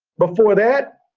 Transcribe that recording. before that,